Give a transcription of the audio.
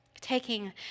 Taking